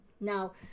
Now